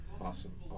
Awesome